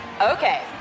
Okay